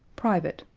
private.